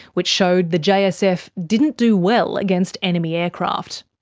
which showed the jsf didn't do well against enemy aircraft.